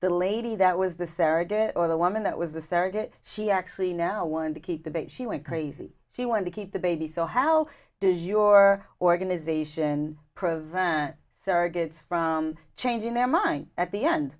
the lady that was the sarah did it or the woman that was the surrogate she actually now want to keep the baby she went crazy she wanted to keep the baby so how does your organization prevent surrogates from changing their mind at the end